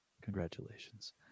Congratulations